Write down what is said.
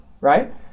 right